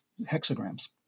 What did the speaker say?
hexagrams